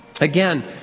Again